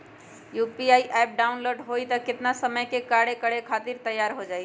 UPI app download होई त कितना समय मे कार्य करे खातीर तैयार हो जाई?